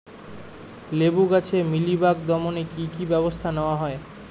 লেবু গাছে মিলিবাগ দমনে কী কী ব্যবস্থা নেওয়া হয়?